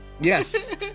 Yes